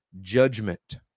judgment